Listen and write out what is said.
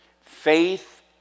Faith